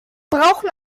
brauchen